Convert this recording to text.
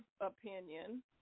opinion